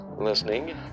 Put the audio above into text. Listening